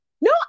No